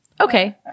Okay